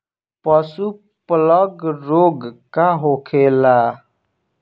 पशु प्लग रोग का होखेला?